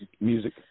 music